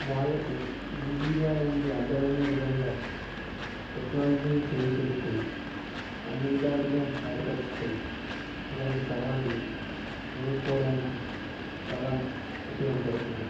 వాళ్ళకు ఈజీగా ఉంది అర్ధమయ్యే విధంగా టెక్నాలజీని చేంజ్ చేస్తూ అన్ని విధాలుగా ఏర్పరిస్తే ఇలాంటి సవాళ్లను ఎదురుకోవడానికి చాలా ఉపయోగపడుతుంది